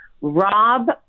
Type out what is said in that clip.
Rob